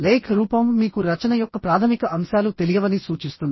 లేఖ రూపం మీకు రచన యొక్క ప్రాథమిక అంశాలు తెలియవని సూచిస్తుంది